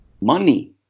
money